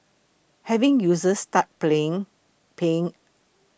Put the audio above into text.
having users start playing paying